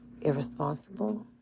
irresponsible